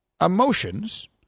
emotions